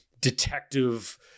detective